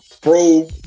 Pro